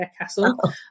Castle